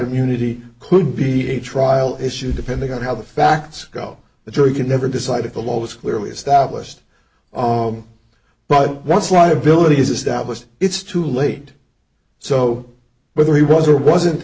immunity could be a trial issue depending on how the facts go the jury can never decide if the law was clearly established but once liability is established it's too late so whether he was or wasn't